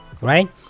right